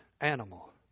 animal